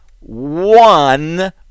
one